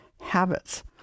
habits